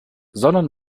sondern